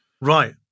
Right